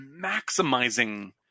maximizing